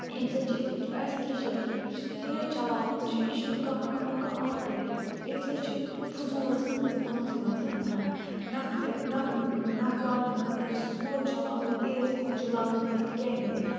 امہِ سۭتۍ چھِ أسۍ وٕچھ اَسہِ کیٛاہ چھُ یُس تیز چَلاوُن چھُ یہِ چھُنہٕ کانٛہہ مطلب کانٛہہ آٹی امہِ سۭتۍ چھِ فُضوٗلَس منٛز أسۍ پانسٕے نۄقصان کَران نَکھ تہِ ن نَکھ واتنہٕ خٲطر سلو چَلاوُن تیز چھُ چلاونہٕ خٲطرٕ کیٛاہ نیرِ